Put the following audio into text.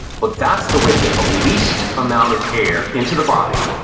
but that's the way to get the least amount of air into the body,